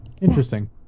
Interesting